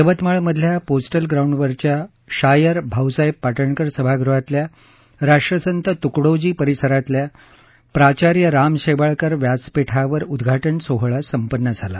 यवतमाळ मधल्या पोस्टल ग्राउंडवरच्या शायर भाऊसाहेब पाटणकर सभागृहातल्या राष्ट्रसंत तुकडोजी परिसरातल्या प्राचार्य राम शेवाळकर व्यासपीठावर उद्घाटन सोहळा संपन्न झाला